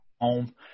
home